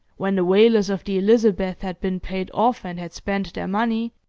when the whalers of the elizabeth had been paid off, and had spent their money,